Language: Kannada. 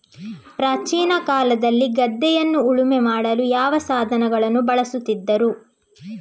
ಪ್ರಾಚೀನ ಕಾಲದಲ್ಲಿ ಗದ್ದೆಯನ್ನು ಉಳುಮೆ ಮಾಡಲು ಯಾವ ಸಾಧನಗಳನ್ನು ಬಳಸುತ್ತಿದ್ದರು?